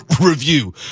review